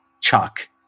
Chuck